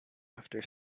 after